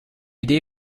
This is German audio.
idee